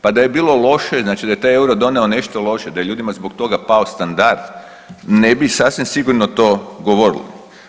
Pa da je bilo loše znači da je taj euro doneo nešto loše, da je ljudima zbog toga pao standard ne bi sasvim sigurno to govorili.